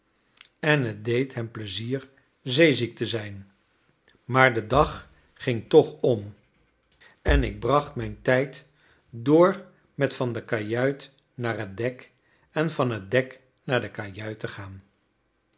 en het deed hem plezier zeeziek te zijn maar de dag ging toch om en ik bracht mijn tijd door met van de kajuit naar het dek en van het dek naar de kajuit te gaan